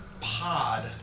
pod